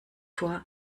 vor